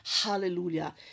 Hallelujah